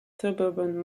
suburban